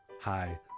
Hi